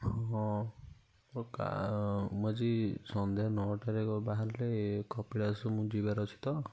ହଁ ଗାଁ ମୁଁ ଆଜି ସନ୍ଧ୍ୟା ନଅଟା ରେ ବାହାରିଲେ କପିଳାଶ ମୁଁ ଯିବାର ଅଛି ତ